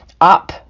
up